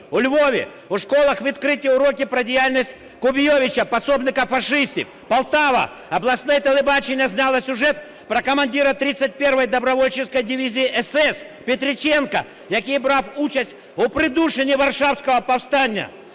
У Львові в школах відкриті уроки про діяльність Кубійовича, посібника фашистів. Полтава: обласне телебачення зняло сюжет про командира 31-ї добровольчої дивізії СС Петриченка, який брав участь у придушенні варшавського повстання.